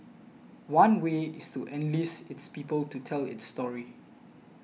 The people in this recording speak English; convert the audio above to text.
one way is to enlist its people to tell its story